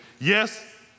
yes